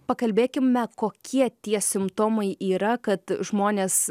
pakalbėkime kokie tie simptomai yra kad žmonės